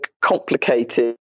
complicated